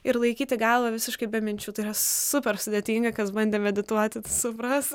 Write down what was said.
ir laikyti galą visiškai be minčių tai yra super sudėtinga kas bandė medituoti supras